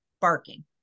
barking